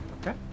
Okay